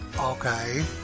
Okay